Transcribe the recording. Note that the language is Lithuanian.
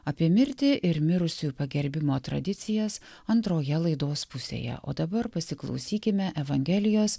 apie mirtį ir mirusiųjų pagerbimo tradicijas antroje laidos pusėje o dabar pasiklausykime evangelijos